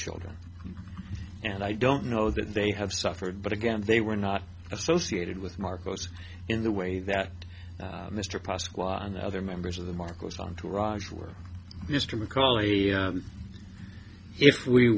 children and i don't know that they have suffered but again they were not associated with marcos in the way that mr pasqual and the other members of the marcos entourage were mr mccauley if we